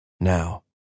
now